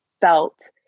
felt